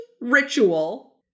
ritual